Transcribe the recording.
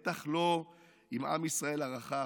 בטח לא עם עם ישראל הרחב,